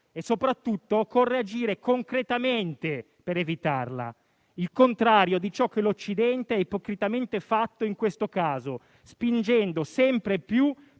e soprattutto occorre agire concretamente per evitarla: il contrario di ciò che l'Occidente ha ipocritamente fatto in questo caso, spingendo sempre più